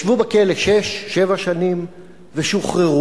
ישבו בכלא שש-שבע שנים ושוחררו.